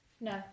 no